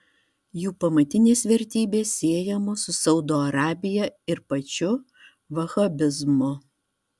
jų pamatinės vertybės siejamos su saudo arabija ir pačiu vahabizmu